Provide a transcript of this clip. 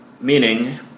meaning